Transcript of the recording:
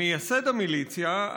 מייסד המיליציה,